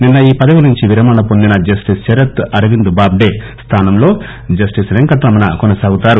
నిన్న ఈ పదవీ నుంచి విరమణ పొందిన జస్లిస్ శరత్ అరవింద్ బాద్డే స్థానంలో జస్టిస్ పెంకట రమణ కొనసాగుతారు